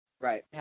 Right